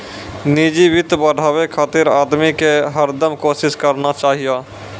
निजी वित्त बढ़ाबे खातिर आदमी के हरदम कोसिस करना चाहियो